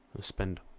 spend